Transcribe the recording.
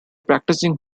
practising